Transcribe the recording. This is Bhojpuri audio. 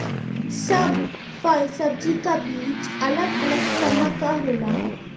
सब फल सब्जी क बीज अलग अलग तरह क होला